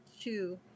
two